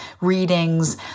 readings